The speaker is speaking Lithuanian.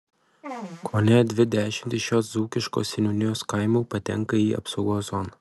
kone dvi dešimtys šios dzūkiškos seniūnijos kaimų patenka į apsaugos zoną